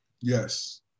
Yes